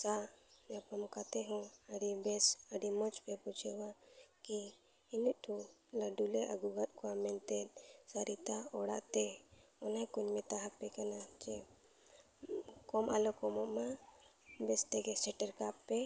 ᱥᱟᱶ ᱧᱟᱯᱟᱢ ᱠᱟᱛᱮᱫ ᱦᱚᱸ ᱟᱹᱰᱤ ᱵᱮᱥ ᱟᱹᱰᱤ ᱢᱚᱡᱽ ᱯᱮ ᱵᱩᱡᱷᱟᱹᱣᱟ ᱠᱤ ᱤᱱᱟᱹᱜ ᱴᱷᱩ ᱞᱟᱹᱰᱩᱞᱮ ᱟᱹᱜᱩᱣᱟᱫ ᱠᱚᱣᱟ ᱢᱮᱱᱛᱮ ᱥᱚᱨᱤᱛᱟ ᱚᱲᱟᱜ ᱛᱮ ᱚᱱᱟ ᱠᱩᱧ ᱢᱮᱛᱟ ᱟᱯᱮ ᱠᱟᱱᱟ ᱡᱮ ᱠᱚᱢ ᱟᱞᱚ ᱠᱚᱢᱚᱜ ᱢᱟ ᱵᱮᱥ ᱛᱮᱜᱮ ᱥᱮᱴᱮᱨ ᱠᱟᱜ ᱯᱮ